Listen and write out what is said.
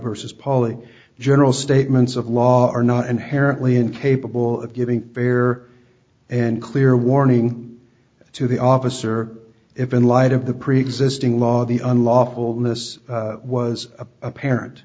versus poly general statements of law are not inherently incapable of giving fair and clear warning to the officer if in light of the preexisting law the unlawfulness was apparent